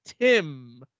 Tim